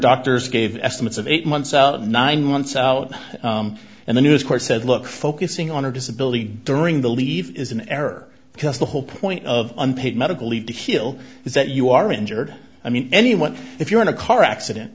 doctors gave estimates of eight months out of nine months out and the news corps said look focusing on her disability during the leave is an error because the whole point of unpaid medical leave to heal is that you are injured i mean anyone if you're in a car accident